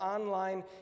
online